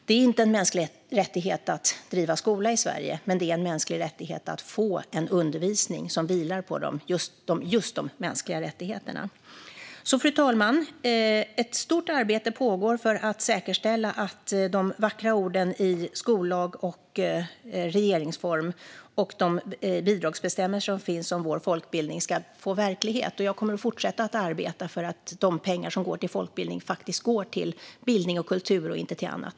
Det är inte en mänsklig rättighet att driva en skola i Sverige, men det är en mänsklig rättighet att få undervisning som vilar på just de mänskliga rättigheterna. Fru talman! Ett stort arbete pågår för att säkerställa att de vackra orden i skollagen, regeringsformen och de bidragsbestämmelser som finns om vår folkbildning ska bli verklighet. Och jag kommer att fortsätta arbeta för att de pengar som ska gå till folkbildning faktiskt går till bildning och kultur och inte till annat.